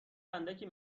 اندکی